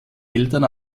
eltern